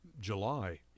July